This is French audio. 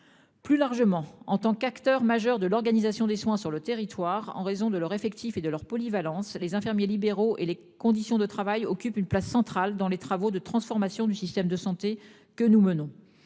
Plus largement, en tant qu'acteur majeur de l'organisation des soins, sur le territoire en raison de leur effectif et de leur polyvalence les infirmiers libéraux et les conditions de travail occupe une place centrale dans les travaux de transformation du système de santé que nous menons,